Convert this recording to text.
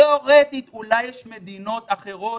אולי יש מדינות אחרות